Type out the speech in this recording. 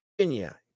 Virginia